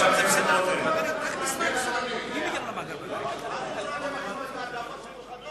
אני לא מוכן שהזמן יעבור לי, אדוני היושב-ראש.